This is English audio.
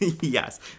Yes